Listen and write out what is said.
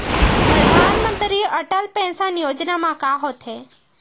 परधानमंतरी अटल पेंशन योजना मा का होथे?